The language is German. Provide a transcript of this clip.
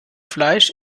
fleisch